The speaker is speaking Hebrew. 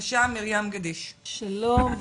שלום.